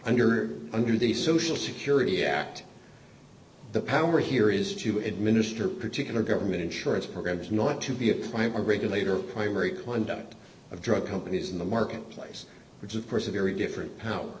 under under the social security act the power here is to administer particular government insurance programs not to be a climate regulator primary climbdown of drug companies in the marketplace which of course a very different power